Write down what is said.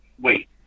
wait